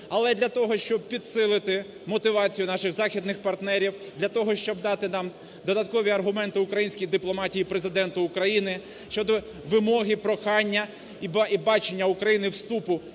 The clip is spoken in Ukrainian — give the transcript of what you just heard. але для того, щоб підсилити мотивацію наших західних партнерів, для того, щоб дати нам додаткові аргументи української дипломатії і Президенту України щодо вимоги, прохання і бачення України вступу